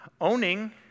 owning